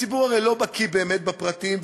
הציבור הרי לא בקי באמת בפרטים,